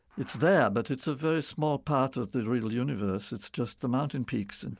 it's there, but it's a very small part of the real universe. it's just the mountain peaks and